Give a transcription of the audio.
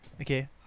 Okay